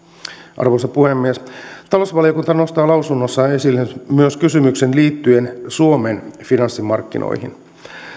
arvoisa puhemies talousvaliokunta nostaa lausunnossaan esille myös kysymyksen liittyen suomen finanssimarkkinoihin